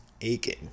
aching